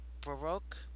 Baroque